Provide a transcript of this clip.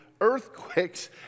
earthquakes